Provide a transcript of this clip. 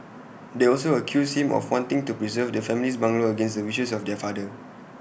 they also accused him of wanting to preserve the family's bungalow against the wishes of their father